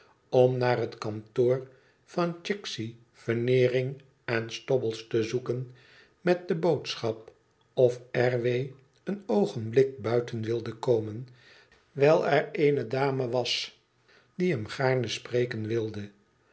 om naar het kantoor van chicksey veneering en stobbles te zoeken met de boodschap of r w een oogenblik buiten wilde komen wijl er eene dame was die hem gaarne spreken wilde